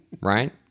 right